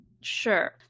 Sure